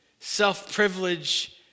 self-privilege